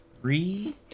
three